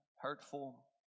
hurtful